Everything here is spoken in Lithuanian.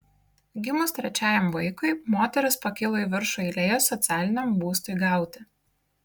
gimus trečiajam vaikui moteris pakilo į viršų eilėje socialiniam būstui gauti